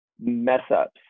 mess-ups